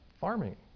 farming